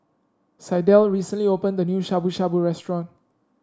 Sydell recently opened a new Shabu Shabu Restaurant